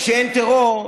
כשאין טרור,